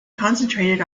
concentrated